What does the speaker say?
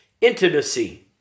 intimacy